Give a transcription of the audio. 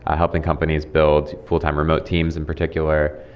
ah helping companies build full time remote teams in particular.